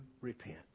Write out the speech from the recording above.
repent